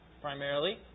primarily